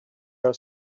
are